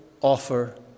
offer